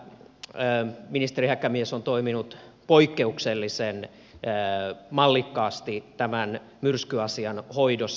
kyllä ministeri häkämies on toiminut poikkeuksellisen mallikkaasti tämän myrskyasian hoidossa